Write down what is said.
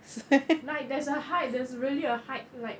like there is a hype there is really a hype